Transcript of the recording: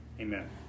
Amen